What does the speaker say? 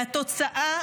והתוצאה,